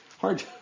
hard